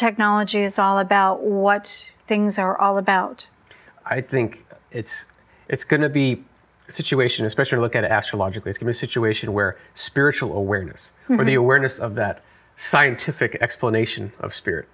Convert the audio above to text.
technology is all about what things are all about i think it's it's going to be a situation especially look at astrologically through situation where spiritual awareness or the awareness of that scientific explanation of spirit